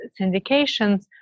syndications